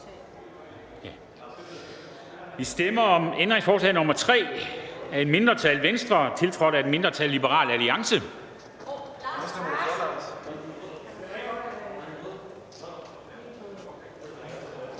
Der stemmes om ændringsforslag nr. 3 af et mindretal (V), som er tiltrådt af et mindretal (LA).